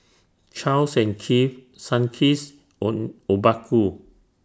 Charles and Keith Sunkist and Obaku